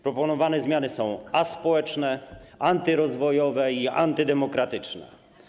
Proponowane zmiany są aspołeczne, antyrozwojowe i antydemokratyczne.